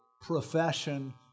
profession